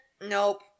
Nope